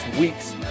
weeks